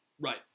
Right